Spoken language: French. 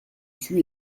tut